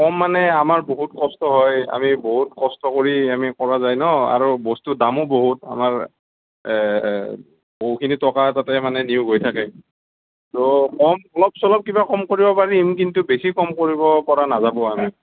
কম মানে আমাৰ বহুত কষ্ট হয় আমি বহুত কষ্ট কৰি আমি কৰা যায় ন' আৰু বস্তু দামো বহুত আমাৰ বহুখিনি টকা তাতে মানে নিয়োগ হৈ থাকে তো অলপ চলপ কিবা কম কৰিব পাৰিম কিন্তু বেছি কম কৰিব পৰা নাযাব